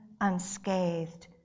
unscathed